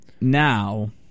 Now